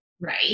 right